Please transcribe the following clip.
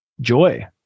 joy